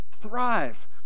thrive